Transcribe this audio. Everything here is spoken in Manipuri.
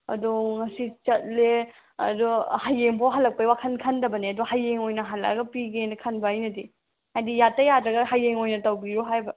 ꯑꯗꯣ ꯉꯁꯤ ꯆꯠꯂꯦ ꯑꯗꯣ ꯍꯌꯦꯡ ꯐꯥꯎ ꯍꯟꯂꯛꯄꯒꯤ ꯋꯥꯈꯜ ꯈꯟꯗꯕꯅꯦ ꯑꯗꯣ ꯍꯌꯦꯡ ꯑꯣꯏꯅ ꯍꯜꯂꯛꯑꯒ ꯄꯤꯒꯦꯅ ꯈꯟꯕ ꯑꯩꯅꯗꯤ ꯍꯥꯏꯗꯤ ꯌꯥꯗ ꯌꯥꯗ꯭ꯔꯒ ꯍꯌꯦꯡ ꯑꯣꯏꯅ ꯇꯧꯕꯤꯔꯣ ꯍꯥꯏꯔꯤꯕ